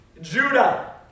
Judah